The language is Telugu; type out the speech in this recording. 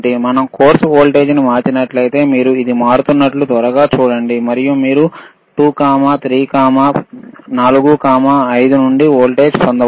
మనం కోర్సు వోల్టేజ్ను మార్చినట్లయితే మీరు ఇది మారుతున్నట్లు త్వరగా చూడండి మరియు మీరు 2 3 4 5 నుండి వోల్టేజ్ పొందవచ్చు